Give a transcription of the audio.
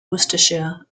worcestershire